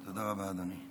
תודה רבה, אדוני.